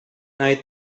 night